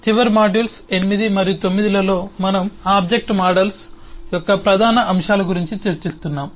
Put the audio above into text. చివరి మాడ్యూల్స్ 8 మరియు 9 లలో మనము ఆబ్జెక్ట్ మోడల్స్ యొక్క ప్రధాన అంశాల గురించి చర్చిస్తున్నాము